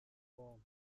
form